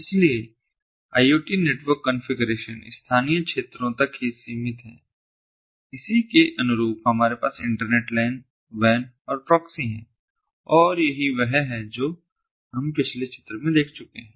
इसलिए कुछ IoT network configuration स्थानीय क्षेत्रों तक ही सीमित हैं इसी के अनुरूप हमारे पास इंटरनेट LANs WANs और प्रॉक्सी हैं और यही वह है जो हमने पिछले चित्र में देख चुके हैं